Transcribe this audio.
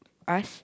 us